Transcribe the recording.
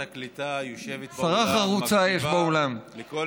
שרת הקליטה יושבת באולם, שרה חרוצה יש באולם.